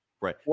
Right